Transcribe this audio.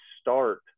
start